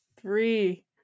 three